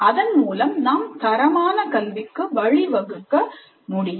அதன்மூலம் நாம் தரமான கல்விக்கு வழிவகுக்க முடியும்